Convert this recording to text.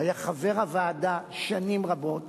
והיה חבר הוועדה שנים רבות,